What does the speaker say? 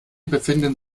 befinden